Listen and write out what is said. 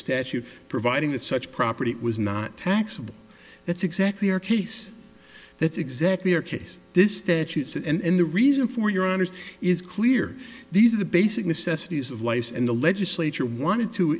statute providing that such property it was not taxable that's exactly our case that's exactly the case this statute says and the reason for your honour's is clear these are the basic necessities of life and the legislature wanted to